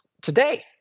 today